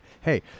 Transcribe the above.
hey